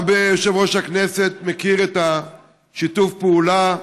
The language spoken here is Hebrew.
גם יושב-ראש הכנסת מכיר את שיתוף הפעולה.